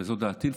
וזו דעתי,